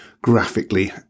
graphically